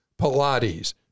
Pilates